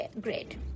great